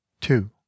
Two